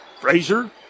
Frazier